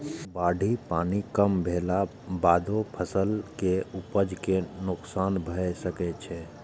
बाढ़िक पानि कम भेलाक बादो फसल के उपज कें नोकसान भए सकै छै